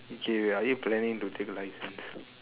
which are you planning to take license